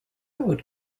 would